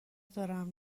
دارم